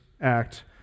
act